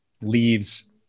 leaves